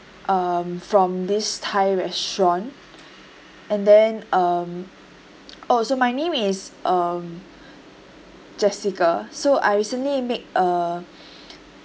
um from this thai restaurant and then um oh so my name is um jessica so I recently made a